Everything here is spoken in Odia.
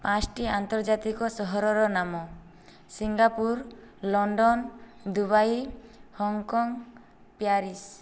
ପାଞ୍ଚଟି ଆନ୍ତର୍ଜାତିକ ସହରର ନାମ Singapore London Dubai Hong Kong Paris